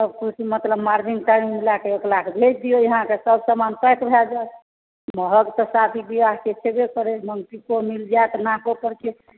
सब किछु मतलब मार्जिन तार्जिन लए कऽ भेज दिऔ अहाँकेँ सब समान पैक भए जायत